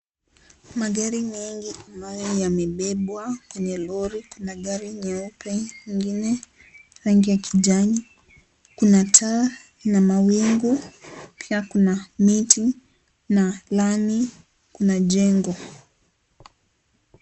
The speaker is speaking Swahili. Magari mengi ambayo yamebebwa kwenye lori, kuna gari nyeupe, ingine rangi ya kijani, kuna taa na mawingu, pia kuna miti na lami, kuna jengo.